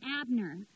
Abner